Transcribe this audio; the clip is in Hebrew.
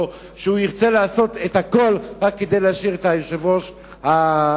שהוא ירצה לעשות את הכול רק כדי להשאיר את היושב-ראש המזדמן,